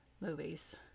movies